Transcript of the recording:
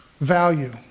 value